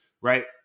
Right